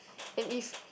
and if